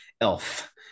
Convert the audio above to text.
elf